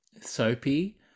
soapy